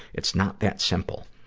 it's not that simple.